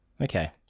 Okay